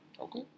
Okay